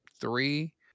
three